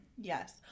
Yes